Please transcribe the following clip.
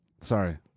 Sorry